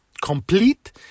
complete